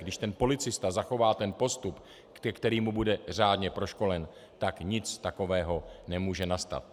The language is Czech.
Když policista zachová postup, ke kterému bude řádně proškolen, tak nic takového nemůže nastat.